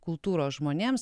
kultūros žmonėms